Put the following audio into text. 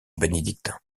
bénédictin